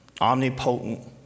omnipotent